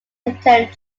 attend